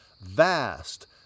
Vast